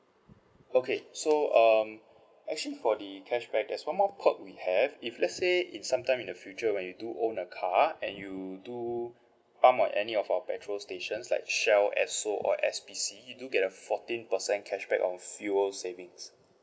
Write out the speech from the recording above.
okay so um actually for the cashback there's one more perk we have if let's say in sometime in the future when you do own a car and you do pump at any of our petrol stations like shell esso or S_P_C you do get a fourteen percent cashback on fuel savings